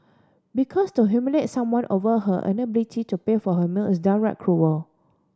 because to humiliate someone over her inability to pay for her meal is downright cruel